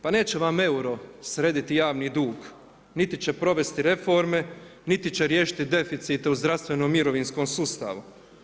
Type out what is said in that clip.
Pa neće vam euro srediti javni dug, niti će provesti reforme, niti će riješiti deficite u zdravstvenom i mirovinskom sustavu.